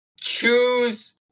choose